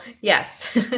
yes